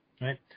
right